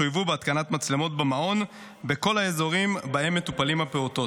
שחויבו בהתקנת מצלמות במעון בכל האזורים שבהם מטופלים הפעוטות.